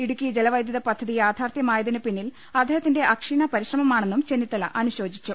ഇടുക്കി ജലവൈദ്യുത പദ്ധതി യാഥാർത്ഥ്യമായതിന് പിന്നിൽ അദ്ദേഹത്തിന്റെ അക്ഷീണ പരിശ്രമമാണെന്നും ചെന്നിത്തല അനുശോചിച്ചു